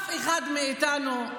ואף אחד מאיתנו,